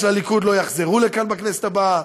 של הליכוד לא יחזרו לכאן בכנסת הבאה,